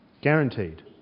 Guaranteed